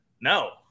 No